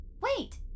Wait